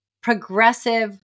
progressive